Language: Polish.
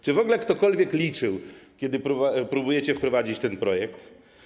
Czy w ogóle ktokolwiek liczył, kiedy próbujecie wprowadzić ten projekt.